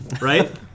right